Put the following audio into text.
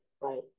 right